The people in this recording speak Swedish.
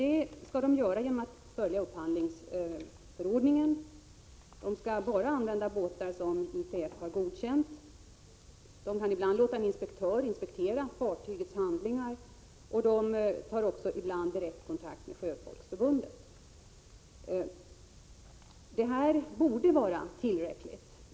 Det skall SIDA göra genom att följa upphandlingsförordningen och bara använda båtar som ITF har godkänt. SIDA kan ibland låta en inspektör inspektera fartygens handlingar och också ta direktkontakt med Sjöfolksförbundet. Det här borde vara tillräckligt.